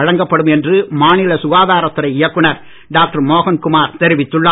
வழங்கப்படும் என்று மாநில சுகாதாரத்துறை அட்டையை இயக்குநர் டாக்டர் மோகன்குமார் தெரிவித்துள்ளார்